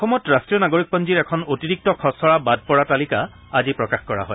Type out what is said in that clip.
অসমত ৰষ্ট্ৰীয় নাগৰিকপঞ্জীৰ এখন অতিৰিক্ত খচৰা বাদ পৰা তালিকা আজি প্ৰকাশ কৰা হয়